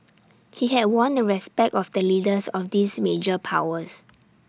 he had won the respect of the leaders of these major powers